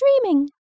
dreaming